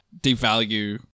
devalue